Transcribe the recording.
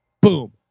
Boom